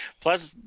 Plus